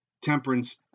temperance